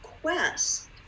quest